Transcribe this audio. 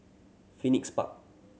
Phoenix Park